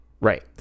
right